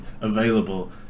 available